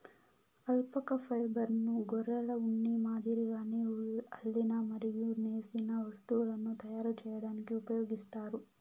alpaca ఫైబర్ను గొర్రెల ఉన్ని మాదిరిగానే అల్లిన మరియు నేసిన వస్తువులను తయారు చేయడానికి ఉపయోగిస్తారు